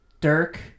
Dirk